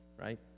right